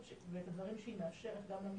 ואת הדברים שהיא מאפשרת גם למשטרה.